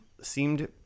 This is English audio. seemed